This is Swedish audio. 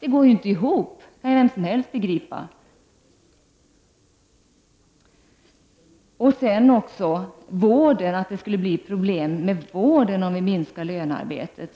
Det går ju inte ihop! Det kan vem som helst begripa. Det sägs att det skulle bli problem inom vården om vi minskar lönearbetet.